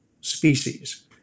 species